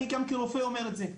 אני גם כרופא אומר את זה.